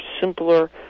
simpler